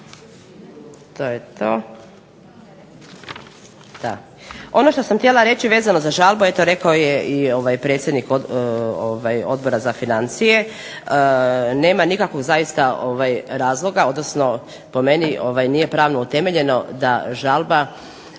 to je to,